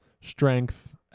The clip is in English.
strength